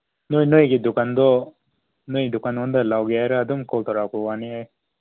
ꯅꯣꯏꯒꯤ ꯗꯨꯀꯥꯟꯗꯨ ꯅꯣꯏ ꯗꯨꯀꯥꯟꯉꯣꯟꯗ ꯂꯥꯎꯒꯦ ꯍꯥꯏꯔ ꯑꯗꯨꯝ ꯀꯣꯜꯀ ꯂꯥꯛꯄꯋꯥꯅꯤ ꯑꯩ